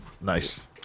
Nice